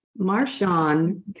Marshawn